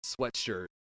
sweatshirt